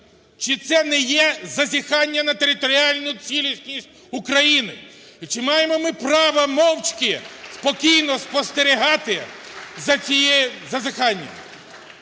чи це не є зазіхання на територіальну цілісність України, і чи маємо ми право мовчки, спокійно спостерігати за цим зазіханням.